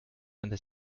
antes